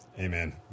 Amen